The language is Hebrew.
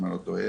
אם אני לא טועה,